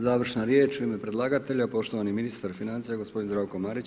Završna riječ u ime predlagatelja poštovani ministar financija gospodin Zdravko Marić.